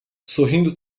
sorrindo